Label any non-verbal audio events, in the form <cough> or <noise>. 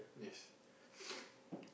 yes <noise>